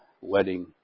wedding